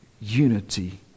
unity